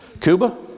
Cuba